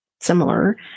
similar